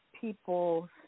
people